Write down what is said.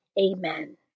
Amen